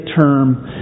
term